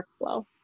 workflow